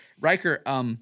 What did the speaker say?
Riker—